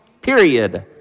period